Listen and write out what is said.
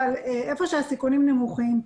אבל היכן שהסיכונים נמוכים,